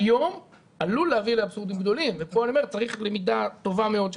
היום עלול להביא לאבסורדים גדולים וכאן אני אומר שצריך למידה טובה מאוד.